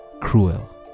cruel